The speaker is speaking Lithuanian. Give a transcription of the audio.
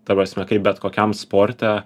ta prasme kaip bet kokiam sporte